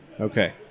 Okay